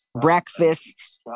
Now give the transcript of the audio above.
breakfast